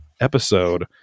episode